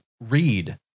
read